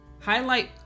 Highlight